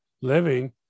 living